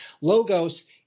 logos